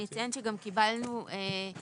אני אציין שגם קיבלנו פנייה